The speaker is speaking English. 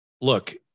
Look